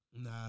Nah